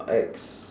ex